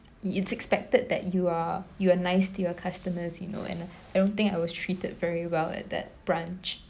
it is expected that you are you are nice to your customers you know and I I don't think I was treated very well at that branch